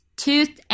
tooth